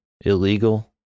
Illegal